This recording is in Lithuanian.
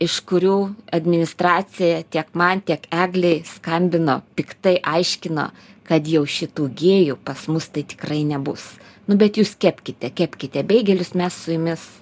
iš kurių administracija tiek man tiek eglei skambino piktai aiškino kad jau šitų gėjų pas mus tai tikrai nebus nu bet jūs kepkite kepkite beigelius mes su jumis